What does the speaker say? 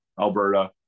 Alberta